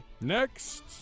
next